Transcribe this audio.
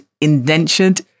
indentured